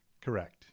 Correct